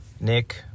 nick